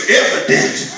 evidence